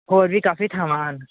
ਹੋਰ ਵੀ ਕਾਫੀ ਥਾਵਾਂ ਹਨ